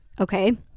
Okay